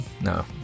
No